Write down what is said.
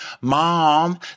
Mom